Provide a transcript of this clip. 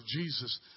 Jesus